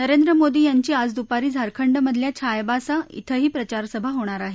नरेंद्र मोदी यांची आज दुपारी झारखंडमधल्या छायबासा शिंही प्रचारसभा होणार आहे